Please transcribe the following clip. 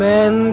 Men